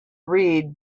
read